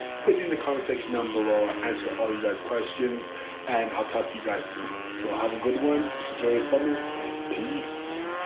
putting in the conversation down below, answer all you guys' questions and i'll talk to you guys soon. so have a good one. enjoy your summer and peace.